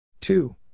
two